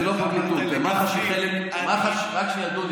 זה לא פרקליטות, מח"ש, רק שנייה, דודי.